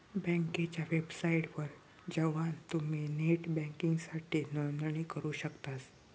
बँकेच्या वेबसाइटवर जवान तुम्ही नेट बँकिंगसाठी नोंदणी करू शकतास